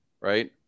right